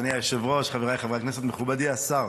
אדוני היושב-ראש, חבריי חברי הכנסת, מכובדי השר,